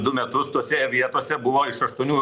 du metus tose vietose buvo iš aštuonių